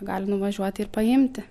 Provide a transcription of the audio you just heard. gali nuvažiuoti ir paimti